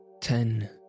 Ten